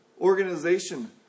organization